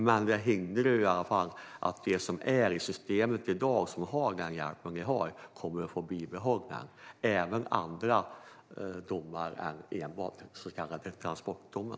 Men det innebär i alla fall att de som är i systemet i dag och har den hjälp de har kommer att få behålla den. Det gäller även andra domar än enbart den så kallade transportdomen.